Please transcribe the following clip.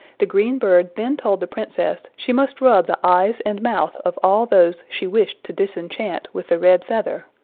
the green bird then told the princess she must rub the eyes and mouth of all those she wished to disenchant with the red feather,